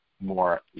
more